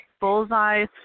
bullseye